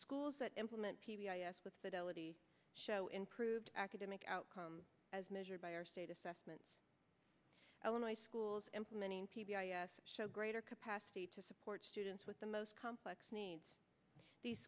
schools that implement p b s with but ality show improved academic outcomes as measured by our state assessments illinois schools implementing p b s show greater capacity to support students with the most complex needs these